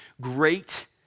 great